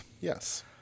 Yes